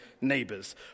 neighbours